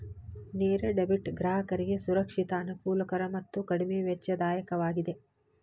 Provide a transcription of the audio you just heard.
ನೇರ ಡೆಬಿಟ್ ಗ್ರಾಹಕರಿಗೆ ಸುರಕ್ಷಿತ, ಅನುಕೂಲಕರ ಮತ್ತು ಕಡಿಮೆ ವೆಚ್ಚದಾಯಕವಾಗಿದೆ